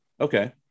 okay